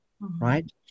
Right